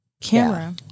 camera